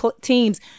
teams